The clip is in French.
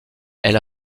elle